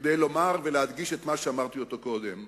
כדי לומר ולהדגיש את מה שאמרתי קודם: